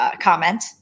comment